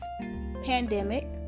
pandemic